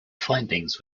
findings